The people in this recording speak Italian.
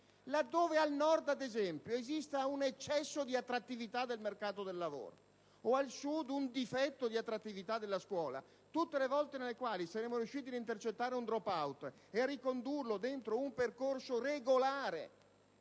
laddove, al Nord, ad esempio, esista un eccesso di attrattività del mercato del lavoro o, al Sud, un difetto di attrattività della scuola - di riuscire ad intercettare un *drop out* ed a ricondurlo dentro un percorso regolare